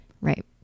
Right